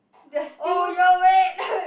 they're still